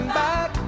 back